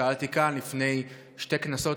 שאלתי כאן לפני שתי כנסות,